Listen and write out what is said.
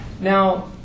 Now